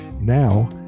Now